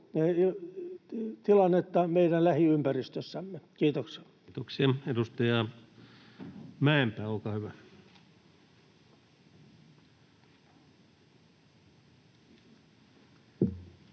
tilannetta meidän lähiympäristössämme. — Kiitoksia. Kiitoksia. — Edustajaa Mäenpää, olkaa hyvä. Arvoisa